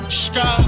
sky